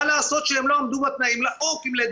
מה לעשות שהם לא עמדו בתנאים עם לידתם?